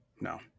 no